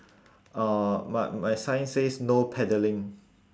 uh my my sign says no paddling